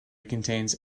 contains